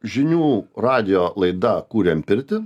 žinių radijo laida kuriam pirtį